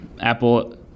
apple